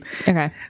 Okay